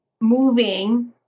moving